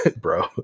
bro